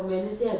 I know